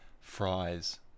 fries